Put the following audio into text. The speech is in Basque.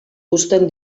uzten